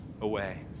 away